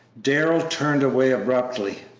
darrell turned away abruptly.